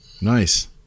Nice